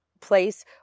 place